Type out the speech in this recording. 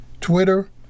Twitter